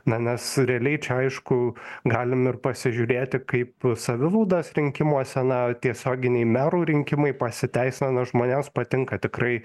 na nes realiai čia aišku galim ir pasižiūrėti kaip savivaldos rinkimuose na tiesioginiai merų rinkimai pasiteisino žmonėms patinka tikrai